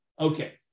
Okay